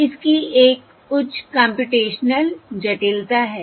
इसकी एक उच्च कम्प्यूटेशनल जटिलता है